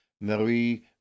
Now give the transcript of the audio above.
Marie